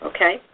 Okay